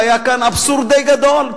והיה כאן אבסורד די גדול.